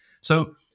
So-